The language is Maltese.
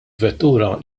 vettura